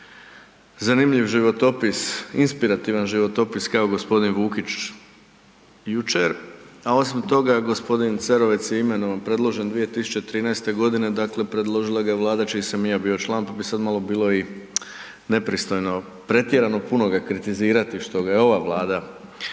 zanimljiv životopis, inspirativan životopis kao g. Vukić jučer a osim toga g. Cerovac je imenovan, predložen 2013. g. dakle predložila ga je Vlada čiji sam i ja bio član, pa bi sad malo bilo i nepristojno, pretjerano puno ga kritizirati što ga je ova Vlada